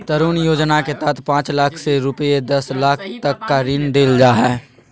तरुण योजना के तहत पांच लाख से रूपये दस लाख तक का ऋण देल जा हइ